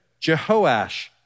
Jehoash